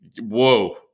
whoa